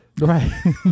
right